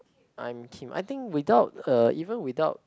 I'm Kim I think without uh even without